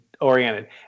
oriented